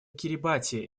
кирибати